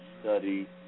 study